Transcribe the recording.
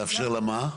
לאפשר למה?